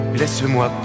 laisse-moi